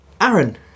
Aaron